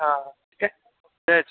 हा ठीकु आहे जय झूलेलाल